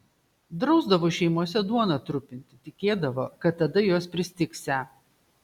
drausdavo šeimose duoną trupinti tikėdavo kad tada jos pristigsią